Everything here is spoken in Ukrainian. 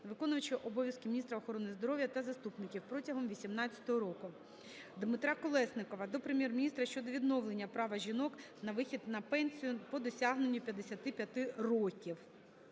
виконувача обов'язків міністра охорони здоров'я та заступників протягом 2018 року. Дмитра Колєснікова до Прем'єр-міністра щодо відновлення права жінок на вихід на пенсію по досягненню 55 років.